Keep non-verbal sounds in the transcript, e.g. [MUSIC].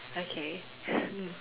okay [BREATH]